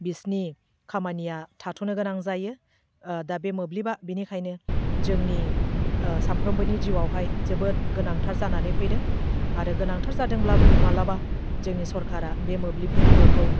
बिसनि खामानिया थाथ'नो गोनां जायो दा बे मोब्लिबा बेनिखायनो जोंनि सानफ्रामबोनि जिवावहाय जोबोद गोनांथार जानानै फैदों आरो गोनांथार जादोंब्लाबो मालाबा जोंनि सरकारा बे मोब्लिबनि गोहोखौ